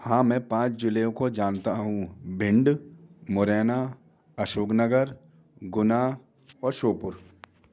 हाँ मैं पाँच ज़िलों को जानता हूँ भिंड मुरैना अशोक नगर गुन्ना और शोपुर